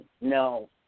no